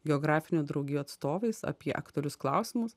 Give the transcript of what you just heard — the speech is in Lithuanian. geografinių draugijų atstovais apie aktualius klausimus